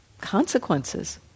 consequences